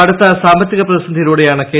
കടുത്ത സാമ്പത്തിക പ്രതിസന്ധിയിലൂടെയാണ് കെ